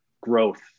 growth